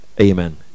Amen